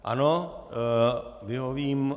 Ano, vyhovím.